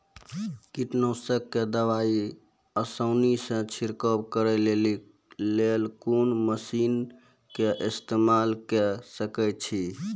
कीटनासक दवाई आसानीसॅ छिड़काव करै लेली लेल कून मसीनऽक इस्तेमाल के सकै छी?